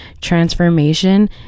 transformation